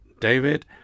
David